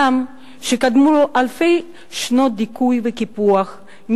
זעם שקדמו לו אלפי שנות דיכוי וקיפוח,